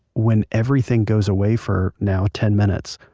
when everything goes away, for now ten minutes,